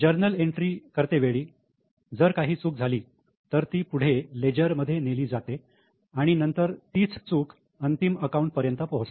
journal entry करते वेळी जर काही चूक झाली तर ती पुढे लेजर मध्ये नेली जाते आणि नंतर तीच चूक अंतिम अकाऊंट पर्यंत पोहोचते